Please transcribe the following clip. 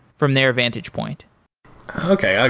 from their vantage point okay. yeah,